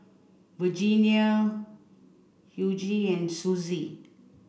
Virginia Hughie and Suzie